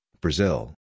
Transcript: Brazil